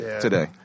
today